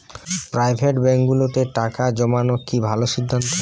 Private ব্যাংকগুলোতে টাকা জমানো কি ভালো সিদ্ধান্ত?